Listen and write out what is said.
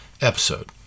episode